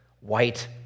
white